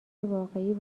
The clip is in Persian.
واقعی